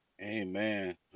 Amen